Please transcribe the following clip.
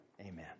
amen